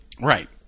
Right